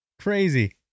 Crazy